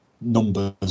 numbers